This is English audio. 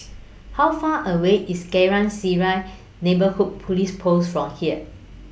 How Far away IS Geylang Serai Neighbourhood Police Post from here